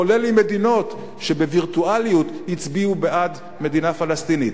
כולל עם מדינות שבווירטואליות הצביעו בעד מדינה פלסטינית.